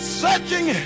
searching